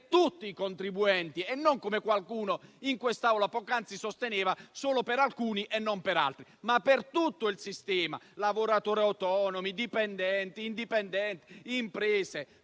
tutti i contribuenti e non, come qualcuno in quest'Aula poc'anzi sosteneva, solo per alcuni. Sarà un vantaggio per tutto il sistema: lavoratori (autonomi, dipendenti o indipendenti) e imprese.